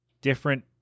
different